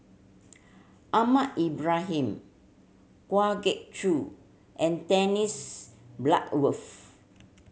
Ahmad Ibrahim Kwa Geok Choo and Dennis Bloodworth